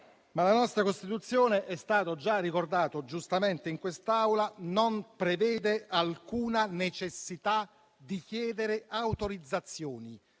ma la nostra Costituzione, com'è stato già ricordato giustamente in quest'Aula, non prevede alcuna necessità di chiedere autorizzazioni,